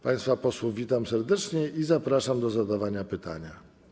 Państwa posłów witam serdecznie i zapraszam do zadawania pytań.